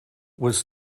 was